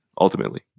ultimately